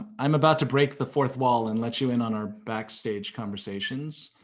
i'm about to break the fourth wall and let you in on our backstage conversations.